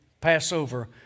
Passover